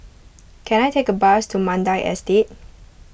can I take a bus to Mandai Estate